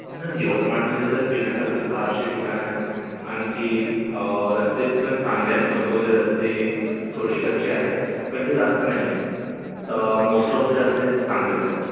ma'am यवतमाळमध्ये तर फिरण्यासारखे फारसे ठिकाणं आहेत आणखीन रस्ते पण चांगले आहेत कोणते कोणते रस्ते थोडेसे कच्चे आहेत पण ते जास्त नाही आहेत तर मोस्ट ऑफ द रस्ते इथे चांगलेच आहेत